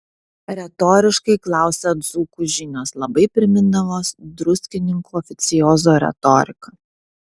retoriškai klausia dzūkų žinios labai primindamos druskininkų oficiozo retoriką